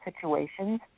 situations